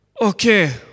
Okay